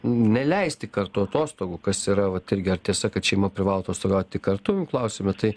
neleisti kartu atostogų kas yra vat irgi ar tiesa kad šeima privalo atostogauti kartu klausiame tai